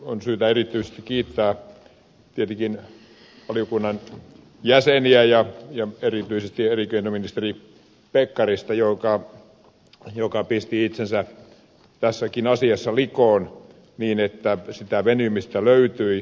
on syytä erityisesti kiittää tietenkin valiokunnan jäseniä ja erityisesti elinkeinoministeri pekkarista joka pisti itsensä tässäkin asiassa likoon niin että sitä venymistä löytyi